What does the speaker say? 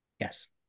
Yes